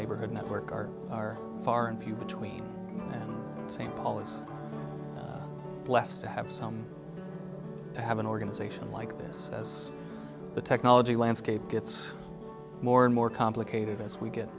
neighborhood network are are far and few between same always blessed to have some to have an organization like this as the technology landscape gets more and more complicated as we get